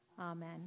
Amen